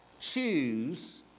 choose